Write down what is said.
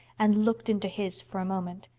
and looked into his for a moment.